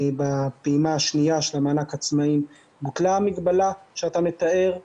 בפעימה השנייה של מענק עצמאיים בוטלה המגבלה שאתה מתאר,